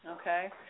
Okay